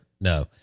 No